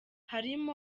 harimo